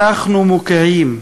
אנחנו מוקיעים,